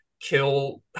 kill